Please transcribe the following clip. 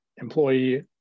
employee